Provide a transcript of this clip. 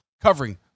covering